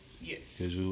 Yes